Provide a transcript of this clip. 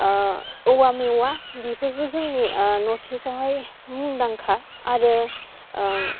औवा मेवा बेफोरबो जोंनि नर्टटिसावहाय मुंदांखा आरो ओम